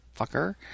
Fucker